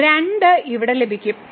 മൂല്യം 2 ഇവിടെ ലഭിക്കും